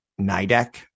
Nidec